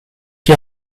qui